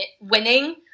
Winning